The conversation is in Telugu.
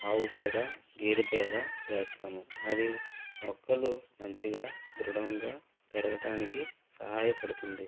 ఆవు పేడ గేదె పేడ వేస్తాము అది మొక్కలు మంచిగా దృఢంగా పెరగటానికి సహాయపడుతుంది